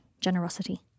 generosity